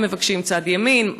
הם מבקשים צד ימין.